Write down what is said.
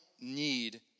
need